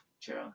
True